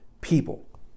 people